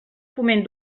foment